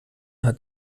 hat